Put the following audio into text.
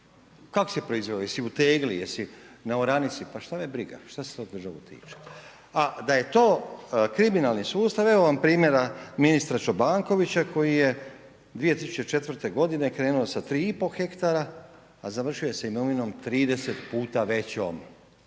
Kako si ju proizveo? Jesi u tegli, jesi na oranici, pa što me briga. Što se to državu tiče. A da je to kriminalni sustav evo vam primjera ministra Čobankovića koji je 2004. godine krenuo sa 3 i pol hektara, a završio je sa imovinom 30 puta većom